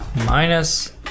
Minus